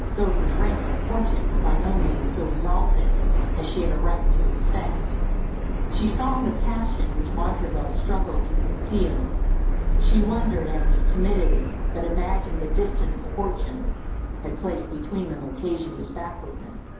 though his rank and fortune were by no means so exalted as she had a right to expect she saw the passion which montraville struggled to conceal she wondered at his timidity, but imagined the distance fortune had placed between them occasioned his backwardness,